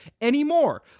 anymore